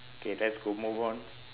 okay that's cool move on